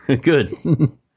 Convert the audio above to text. Good